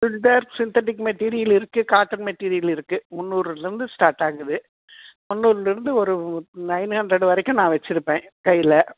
synthetic material இருக்கு cotton material இருக்கு முந்நூறுவில இருந்து ஸ்டார் ஆகுது முந்நூறுவில இருந்து ஒரு நைன் ஹண்ட்ரட் வரைக்கும் நான் வச்சு இருப்பன் கையில்